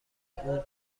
اون